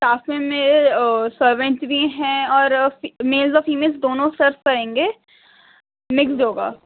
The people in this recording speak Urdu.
ساتھ میں میرے سروینٹس بھی ہیں اور فی میلز اور فیمیلز دونوں سرو کریں گے مکسڈ ہوگا